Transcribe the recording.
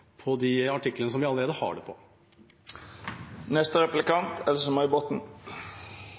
på de artiklene som vi allerede har det